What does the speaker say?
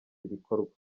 ibikorwa